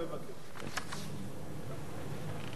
(תיקון),